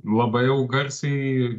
labai jau garsiai